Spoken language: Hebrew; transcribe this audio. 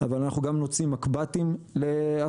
אבל אנחנו גם נוציא מקב"טים להשכרה.